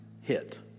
hit